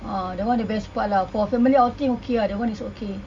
ah that [one] the best part lah for family outing okay lah that [one] is okay